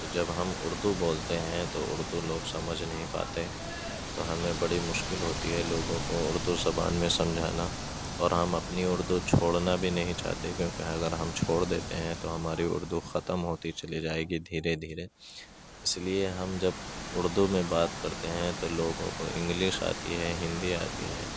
تو جب ہم اُردو بولتے ہیں تو اُردو لوگ سمجھ نہیں پاتے تو ہمیں بڑی مشکل ہوتی ہے لوگوں کو اُردو زبان میں سمجھانا اور ہم اپنی اُردو چھوڑنا بھی نہیں چاہتے کیوںکہ اگر ہم چھوڑ دیتے ہیں تو ہماری اُردو ختم ہوتی چلی جائے گی دھیرے دھیرے اِس لیے ہم جب اُردو میں بات کرتے ہیں تو لوگوں کو انگلش آتی ہے ہندی آتی ہے